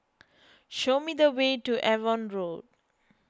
show me the way to Avon Road